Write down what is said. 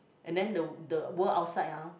and then the the world outside ah